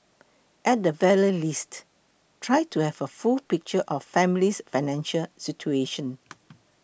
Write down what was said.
at the very least try to have a full picture of family's financial situation